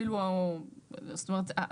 זאת אומרת,